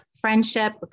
friendship